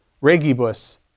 regibus